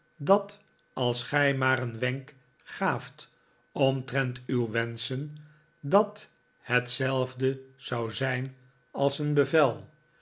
dat als gij maar een wenk gaaft omtrent uw wenschen dat hetzelfde zou zijn als een bevel